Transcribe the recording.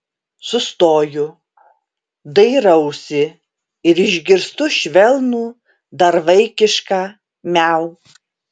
sustoju dairausi ir išgirstu švelnų dar vaikišką miau